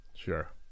Sure